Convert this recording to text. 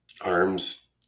Arms